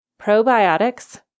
Probiotics